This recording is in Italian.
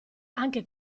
anche